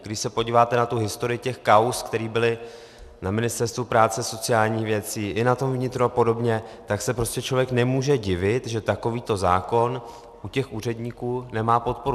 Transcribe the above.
Když se podíváte na historii těch kauz, které byly na Ministerstvu práce a sociálních věcí i na tom vnitru a podobně, tak se člověk nemůže divit, že takovýto zákon u těch úředníků nemá podporu.